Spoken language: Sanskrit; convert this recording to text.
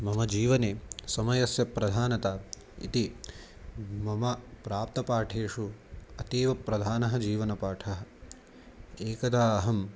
मम जीवने समयस्य प्रधानता इति मम प्राप्तपाठेषु अतीव प्रधानः जीवनपाठः एकदा अहम्